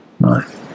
Right